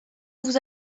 vous